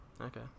Okay